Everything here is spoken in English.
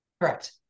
correct